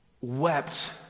wept